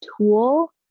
tool